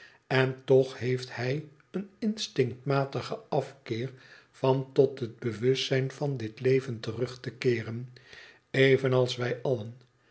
n toch heeft hij een instinctmatigen afkeer van tot het bewustzijn van dit leven terug te keeren evenals wij allen